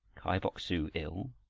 kai bok-su ill?